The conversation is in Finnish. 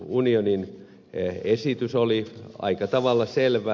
unionin esitys oli aika tavalla selvä